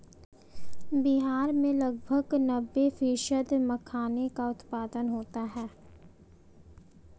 बिहार में लगभग नब्बे फ़ीसदी मखाने का उत्पादन होता है